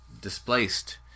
displaced